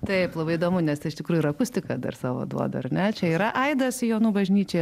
taip labai įdomu nes tai iš tikrųjų ir akustika dar savo duoda ar ne čia yra aidas jonų bažnyčioje